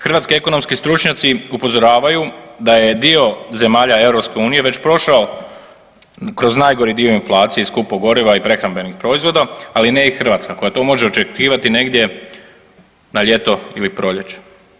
Hrvatski ekonomski stručnjaci upozoravaju da je dio zemalja EU već prošao kroz najgori dio inflacije i skupog goriva i prehrambenih proizvoda ali ne i Hrvatska koja to može očekivati negdje na ljeto ili proljeće.